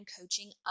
coaching